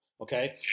okay